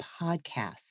podcast